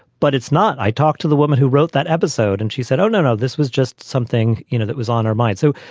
but it's not. i talked to the woman who wrote that episode and she said, oh, no, no, this was just something, you know, that was on our mind. so,